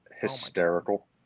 hysterical